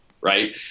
right